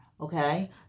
Okay